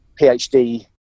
PhD